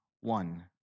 One